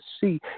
see